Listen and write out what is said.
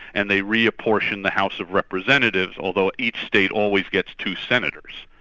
and they re-apportion the house of representatives, although each state always gets two senators.